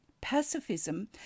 pacifism